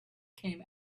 came